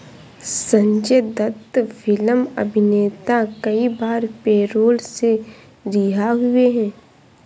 संजय दत्त फिल्म अभिनेता कई बार पैरोल से रिहा हुए हैं